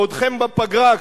בעודכם בפגרה,